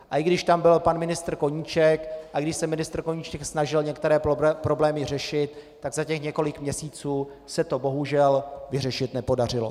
A i když tam byl pan ministr Koníček, i když se ministr Koníček snažil některé problémy řešit, tak za těch několik měsíců se to bohužel vyřešit nepodařilo.